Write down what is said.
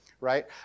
right